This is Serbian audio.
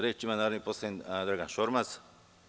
Reč ima narodni poslanik Dragan Šormaz.